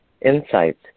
insights